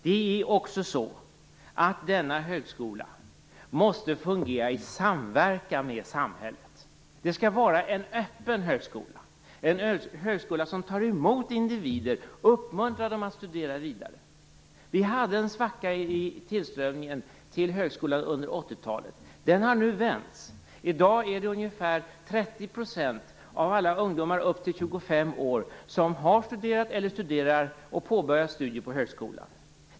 Det är också så att denna högskola måste fungera i samverkan med samhället. Det skall vara en öppen högskola, en högskola som tar emot individer och uppmuntrar dem att studera vidare. Vi hade en svacka i tillströmningen till högskolan under 80-talet. Det har vi inte längre. I dag är det ungefär 30 % av alla ungdomar upp till 25 år som har studerat eller studerar och påbörjar studier vid högskolan.